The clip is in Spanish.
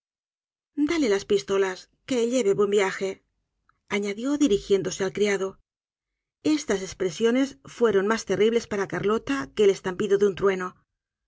dale las pistolas que lleve buen viaje añadió dirigiéndose al criado estas espresiones fueron mas terribles para carlota que el estampido de un trueno